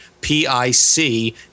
P-I-C